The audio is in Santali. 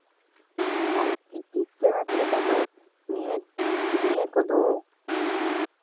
ᱟᱨ ᱴᱤᱠᱤᱴ ᱠᱮᱱᱮᱪ ᱞᱮᱠᱟ ᱫᱚ ᱱᱤᱭᱟᱹ ᱱᱤᱭᱟᱹ ᱠᱚᱫᱚ